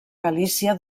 galícia